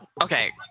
Okay